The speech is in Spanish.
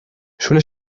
suele